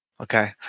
Okay